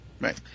right